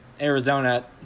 Arizona